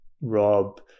Rob